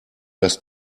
das